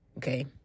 Okay